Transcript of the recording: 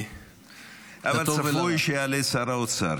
אבל צפוי שיעלה שר האוצר,